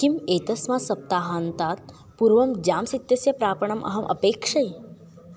किम् एतस्मात् सप्ताहान्तात् पूर्वं जाम्स् इत्यस्य प्रापणम् अहम् अपेक्षै